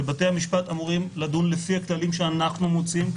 ובתי המשפט אמורים לדון לפי הכללים שאנחנו מוציאים מכאן.